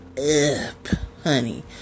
honey